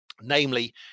namely